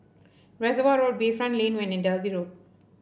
Reservoir Road Bayfront Lane One and Dalvey Road